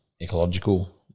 ecological